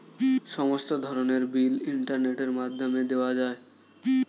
সমস্ত ধরনের বিল ইন্টারনেটের মাধ্যমে দেওয়া যায়